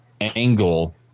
angle